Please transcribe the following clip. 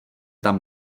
tam